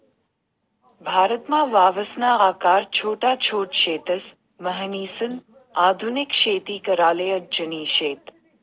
भारतमा वावरसना आकार छोटा छोट शेतस, म्हणीसन आधुनिक शेती कराले अडचणी शेत